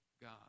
God